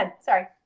Sorry